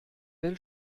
will